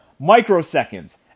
microseconds